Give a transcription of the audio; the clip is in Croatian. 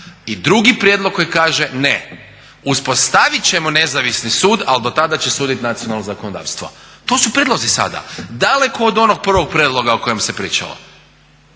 I drugi prijedlog koji kaže ne, uspostaviti ćemo nezavisni sud ali do tada će suditi nacionalno zakonodavstvo. To su prijedlozi sada, daleko od onog prvog prijedloga o kojem se pričalo.